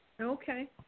okay